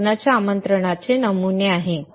हे लग्नाच्या आमंत्रणाचे नमुने आहेत